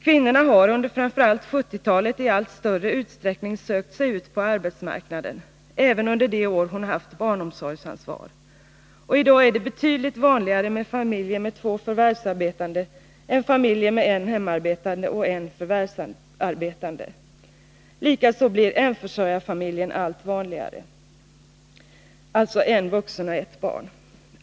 Kvinnan har under framför allt 1970-talet i allt större utsträckning sökt sig ut på arbetsmarknaden — även under de år hon haft barnomsorgsansvar. I dag är det betydligt vanligare med familjer med två förvärvsarbetande än familjer med en hemarbetande och en förvärvsarbetande. Likaså blir enförsörjarfamiljerna allt vanligare, dvs. en vuxen och ett barn.